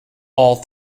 all